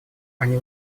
они